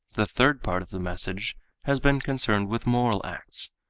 the third part of the message has been concerned with moral acts,